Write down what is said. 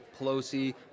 Pelosi